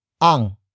Ang